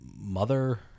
Mother